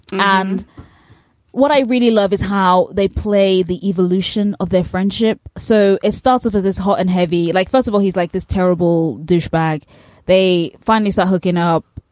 and what i really love is how they play the evolution of their friendship. so it starts off as this hot and heavy. like, first of all, he's like this terrible douchebag they finally saw hooking up.